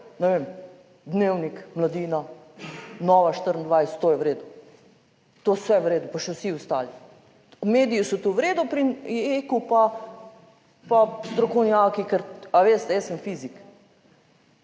Dnevnik, Mladina, Nova 24, to je v redu, to je vse v redu, pa še vsi ostali mediji so tu v redu. Pri JEK pa strokovnjaki, ker, a veste, jaz sem fizik